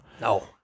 No